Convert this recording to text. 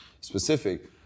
specific